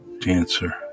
dancer